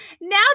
Now